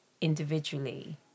individually